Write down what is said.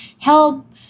help